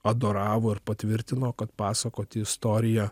adoravo ar patvirtino kad pasakoti istoriją